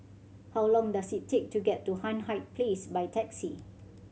how long does it take to get to Hindhede Place by taxi